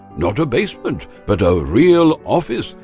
not a basement, but a real office,